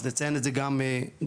אז נציין את זה גם בהמשך.